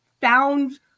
found